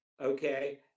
Okay